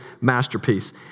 masterpiece